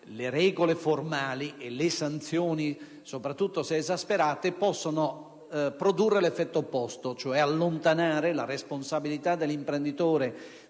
le regole formali e le sanzioni, soprattutto se esasperate, possono produrre l'effetto opposto, cioè allontanare la responsabilità dell'imprenditore